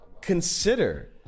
Consider